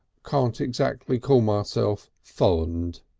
can't exactly call myself fond.